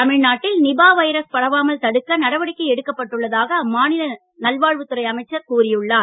தமிழ்நாட்டில் Nipah virus பரவாமல் தடுக்க நடவடிக்கை எடுக்கப்பட்டுள்ளதாக அம்மாநில மக்கள் நல்வாழ்வுத் துறை அமைச்சர் கூறியுள்ளார்